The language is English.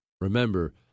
Remember